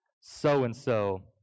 so-and-so